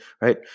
right